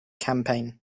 campaign